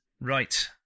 right